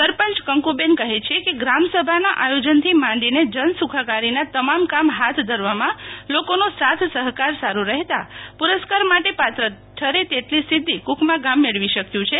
સરપંચ કંકુબેન કફે છે કે ગ્રામ સભા ના આયોજન થી માંડી ને જન સુખાકારી ના તમામ કામ ફાથ ધરવા માં લોકો નો સાથ સફકાર સારો રહેતા પુરસ્કાર માટે પાત્ર ઠરે તેટલી સિધ્ધી કુકમા ગામ મેળવી શક્યું છે